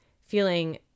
feeling